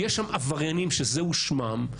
יש שם עבריינים שזהו שמם,